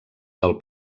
del